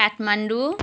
Kathmandu